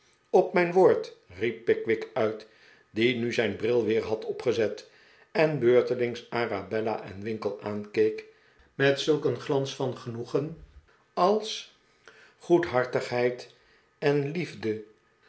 op mijn woord riep pickwick uit die nu zijn bril weer had opgezet en beurtelings arabella en winkle aankeek met zulk een glans van genoegen als goedhartigheid en liefde